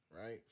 right